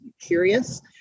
curious